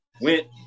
went